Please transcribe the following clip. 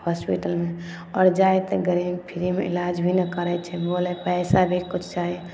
हॉस्पिटलमे आओर जाइ हइ तऽ गरीब फ्रीमे ईलाज भी ने करै छै बोलै पैसा भी किछु चाही